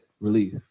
relief